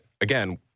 again